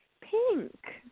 Pink